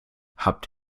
habt